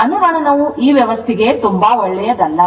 ಅನುರಣನವು ಈ ವ್ಯವಸ್ಥೆಗೆ ತುಂಬಾ ಒಳ್ಳೆಯದಲ್ಲ